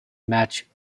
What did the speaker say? match